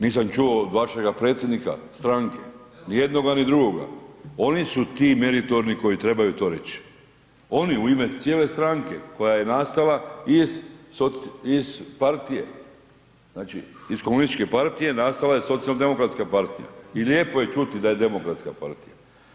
Nisam čuo od vašega predsjednika stranke, ni jednoga ni drugoga, oni su ti meritorni koji trebaju to reći, oni u ime cijele stranke koja je nastala iz partije, znači iz komunističke partije nastala je socijaldemokratska partija. i lijepo je čuti da je demokratska partija.